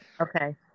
okay